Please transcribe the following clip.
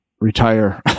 retire